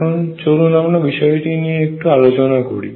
এখন চলুন আমরা বিষয়টি নিয়ে একটু আলোচনা করি